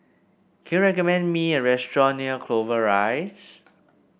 can you recommend me a restaurant near Clover Rise